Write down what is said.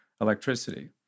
electricity